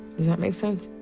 does that make sense?